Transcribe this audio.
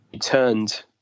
turned